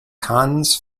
cannes